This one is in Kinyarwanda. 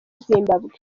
zimbabwe